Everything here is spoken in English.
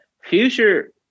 Future